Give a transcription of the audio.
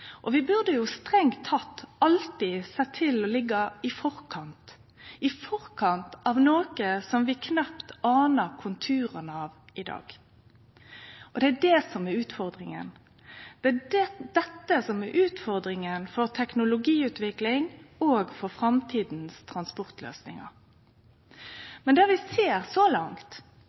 lovgjeving. Vi burde strengt teke alltid sjå til å liggje i forkant – i forkant av noko som vi knapt anar konturane av i dag. Det er det som er utfordringa. Det er dette som er utfordringa for teknologiutviklinga og transportløysingane i framtida. Men det vi ser så langt,